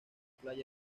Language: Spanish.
playa